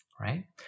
Right